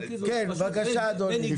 כן, בבקשה, אדוני.